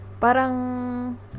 parang